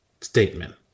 statement